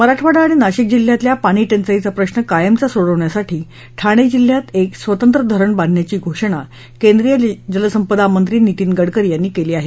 मराठवाडा आणि नाशिक जिल्हयांतल्या पाणीटंचाईचा प्रश्न कायमचा सोडवण्यासाठी ठाणे जिल्ह्यात एक स्वतंत्र धरण बांधण्याची घोषणा केंद्रीय जलसंपदा मंत्री नितिन गडकरी यांनी केली आहे